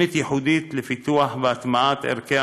תוכנית ייחודית לפיתוח והטמעת ערכי